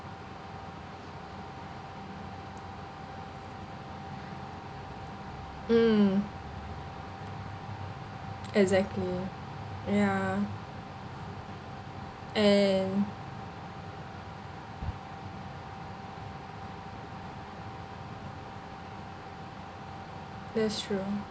mm exactly ya and that's true